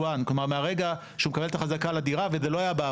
כלומר מהרגע שהוא מקבל את החזקה על הדירה,